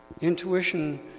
Intuition